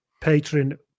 patron